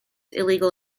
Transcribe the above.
illegal